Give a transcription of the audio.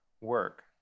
work